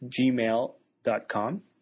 gmail.com